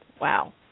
Wow